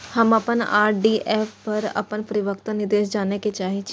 हम अपन आर.डी पर अपन परिपक्वता निर्देश जाने के चाहि छी